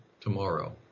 tomorrow